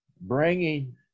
bringing